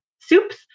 soups